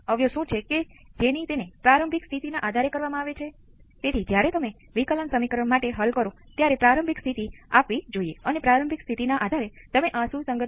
હવે મેં જે અહીં પ્રકાશિત કર્યું છે તે છે ડાબી બાજુ જે સજાતીય ભાગ છે જો હું જમણી બાજુને 0 થી ઘટાડીશ